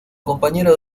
compañero